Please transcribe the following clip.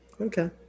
Okay